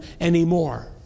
anymore